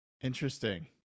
Interesting